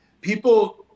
People